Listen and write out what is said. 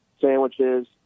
sandwiches